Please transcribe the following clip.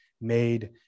made